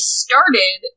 started